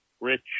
rich